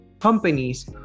companies